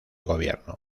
gobierno